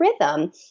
rhythm